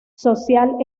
social